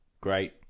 great